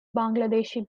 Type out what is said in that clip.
bangladeshi